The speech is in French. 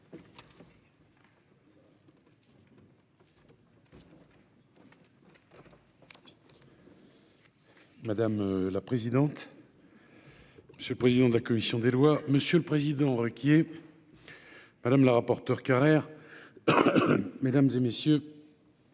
Madame la présidente. C'est le président de la commission des lois, monsieur le Président, Ruquier. Madame la rapporteure Carrère, mesdames et messieurs